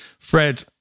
Fred